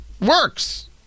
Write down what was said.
Works